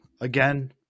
Again